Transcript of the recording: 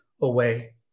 away